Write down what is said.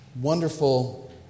wonderful